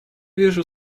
вижу